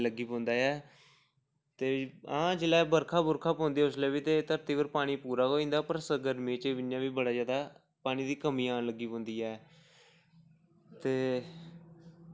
लग्गी पौंदा ऐ ते हां जेल्लै बरखा बुरखा पौंदी उसलै बी ते पानी धरती पर पूरा गै होई जंदा ऐ पर गरमी च ते इ'यां बी बड़ा जैदा पानी दी कमी औन लग्गी पौंदी ऐ ते